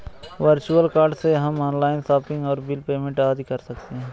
virtual card से हम online shopping और बिल पेमेंट आदि कर सकते है